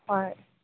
হয়